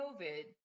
COVID